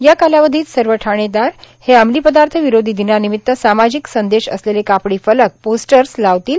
या कालावधीत सर्व ठाणेदार हे अमली पदार्थ विरोधी दिनानिमित सामाजिक संदेश असलेले कापडी फलक पोस्टर्स लावतील